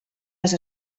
les